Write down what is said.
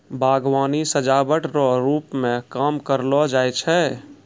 बागवानी सजाबट रो रुप मे काम करलो जाय छै